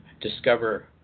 discover